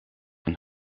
een